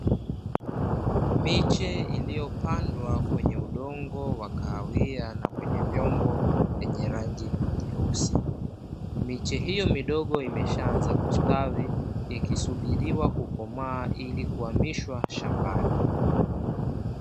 Miche iliyopandwa kwenye udongo wa kahawia na kwenye vyombo vyenye rangi nyeusi, miche hiyo midogo imeshaanza kustawi, ikisubiriwa kukomaa ili kuhamishwa shambani.